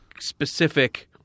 specific